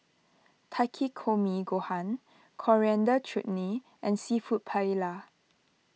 Takikomi Gohan Coriander Chutney and Seafood Paella